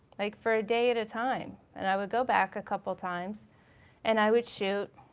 like for a day at a time, and i would go back a couple times and i would shoot.